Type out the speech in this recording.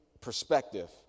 perspective